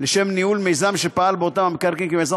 לשם ניהול מיזם שפעל באותם המקרקעין כמיזם